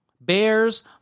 Bears